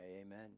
amen